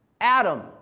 Adam